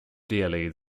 dearly